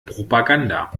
propaganda